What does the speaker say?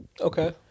Okay